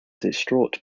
distraught